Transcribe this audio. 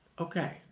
Okay